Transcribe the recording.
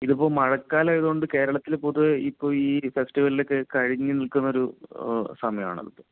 ഇതിപ്പോൾ മഴക്കാലം ആയതുകൊണ്ട് കേരളത്തിൽ പൊതുവെ ഇപ്പോൾ ഈ ഫെസ്റ്റിവലൊക്കെ കഴിഞ്ഞു നിൽക്കുന്നൊരു സമയമാണ് അതിപ്പോൾ